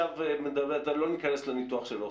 לא ניכנס לניתוח של אוסלו.